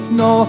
no